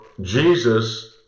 Jesus